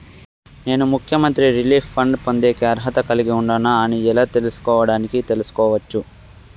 నేను ముఖ్యమంత్రి relief fund పొందేకి అర్హత కలిగి ఉండానా అని ఎలా తెలుసుకోవడానికి తెలుసుకోవచ్చు